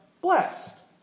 blessed